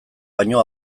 baino